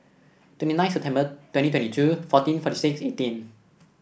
twenty nine September twenty twenty two fourteen forty six eighteen